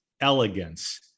elegance